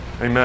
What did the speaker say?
Amen